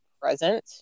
present